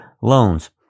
loans